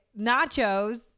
nachos